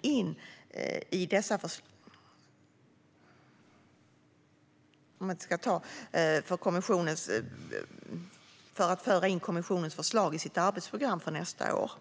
in dessa förslag i sitt arbetsprogram för nästa år.